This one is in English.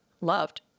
loved